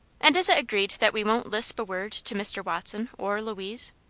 and is it agreed that we won't lisp a word to mr. watson or louise?